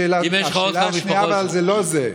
אבל השאלה השנייה זה לא זה.